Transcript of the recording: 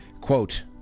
quote